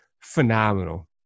phenomenal